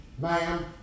ma'am